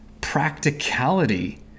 practicality